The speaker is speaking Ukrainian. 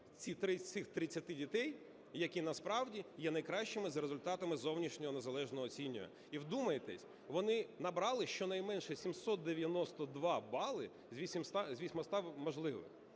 ці 30 дітей, які насправді є найкращими за результатами зовнішнього незалежного оцінювання. ,І вдумайтесь, вони набрали щонайменше 792 бали з 800 можливих.